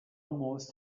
almost